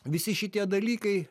visi šitie dalykai